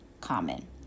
common